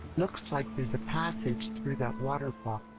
looks like there's a passage through that waterfall.